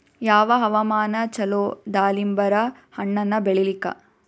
ಯಾವ ಹವಾಮಾನ ಚಲೋ ದಾಲಿಂಬರ ಹಣ್ಣನ್ನ ಬೆಳಿಲಿಕ?